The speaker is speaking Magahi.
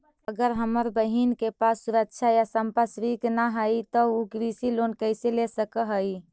अगर हमर बहिन के पास सुरक्षा या संपार्श्विक ना हई त उ कृषि लोन कईसे ले सक हई?